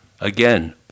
again